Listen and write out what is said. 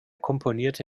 komponierte